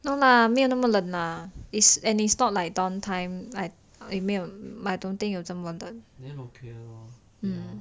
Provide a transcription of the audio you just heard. no lah 没有那么冷 lah and it's not like dawn time like 没有 I don't think you 这么的冷